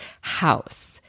house